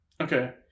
Okay